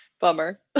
Bummer